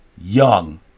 young